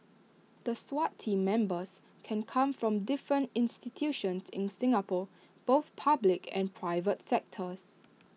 the Swat Team Members can come from different institutions in Singapore both public and private sectors